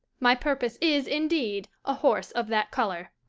my purpose is, indeed, a horse of that colour.